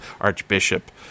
archbishop